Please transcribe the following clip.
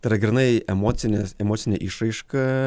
tai yra grynai emocinės emocinė išraiška